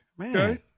Man